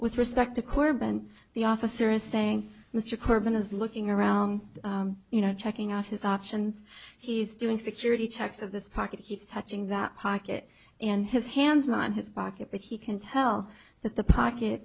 with respect to corban the officer is saying mr carbon is looking around you know checking out his options he's doing security checks of this package he's touching that pocket in his hands not his pocket but he can tell that the pack